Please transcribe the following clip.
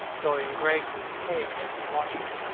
dorian gray grew pale as he watched her.